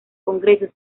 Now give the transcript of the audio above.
congresos